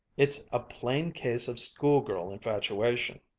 it's a plain case of schoolgirl infatuation!